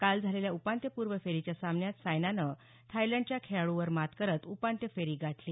काल झालेल्या उपान्त्यपूर्व फेरीच्या सामन्यात सायनानं थायलंडच्या खेळाड्रवर मात करत उपान्त्य फेरी गाठली